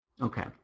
Okay